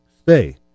Stay